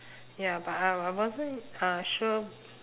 ya but I I wasn't uh sure